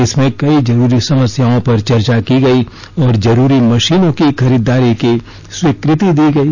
इसमें कई जरूरी समस्याओं पर चर्चा की गई और जरूरी मशीनों की खरीदारी की स्वीकृति दी गई